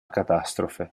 catastrofe